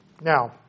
Now